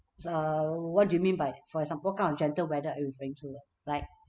err what do you mean by for example what kind of gentle weather are you referring to like